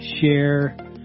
share